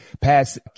pass